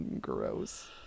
Gross